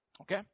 Okay